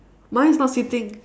mine is not sitting